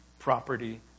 property